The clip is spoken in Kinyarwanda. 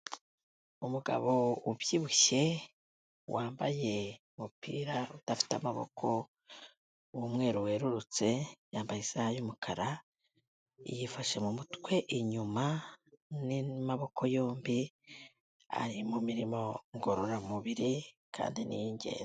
Umugabo ubyibushye, wambaye umupira udafite amaboko w'umweru werurutse yambaye isaha y'umukara, yifashe mu mutwe inyuma n'amaboko yombi ari mu mirimo ngororamubiri kandi ni iy'ingenzi.